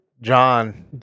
John